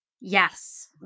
Yes